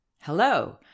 Hello